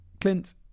clint